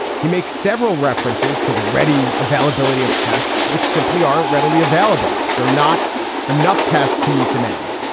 he makes several references to the ready availability of tests which simply aren't readily available. there are not enough tests to meet demand.